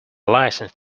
licence